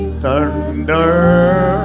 thunder